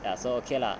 ya so okay lah